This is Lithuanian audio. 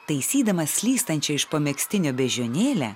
taisydamas slystančią iš po megztinio beždžionėlę